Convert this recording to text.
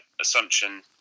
assumption